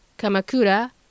Kamakura